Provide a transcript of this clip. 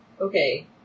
okay